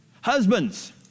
Husbands